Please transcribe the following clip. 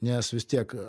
nes vis tiek